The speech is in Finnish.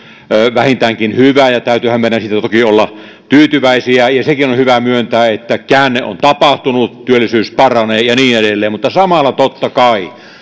vähintäänkin hyvä ja täytyyhän meidän siitä toki olla tyytyväisiä ja sekin on on hyvä myöntää että käänne on tapahtunut työllisyys paranee ja niin edelleen mutta samalla totta kai on